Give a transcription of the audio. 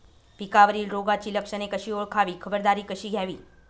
पिकावरील रोगाची लक्षणे कशी ओळखावी, खबरदारी कशी घ्यावी?